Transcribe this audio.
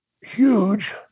huge